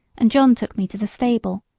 and john took me to the stable.